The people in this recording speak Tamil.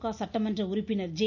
க சட்டமன்ற உறுப்பினர் ஜெ